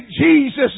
Jesus